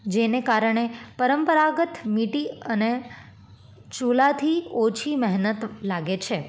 જેને કારણે પરંપરાગત મિટી અને ચૂલાથી ઓછી મહેનત લાગે છે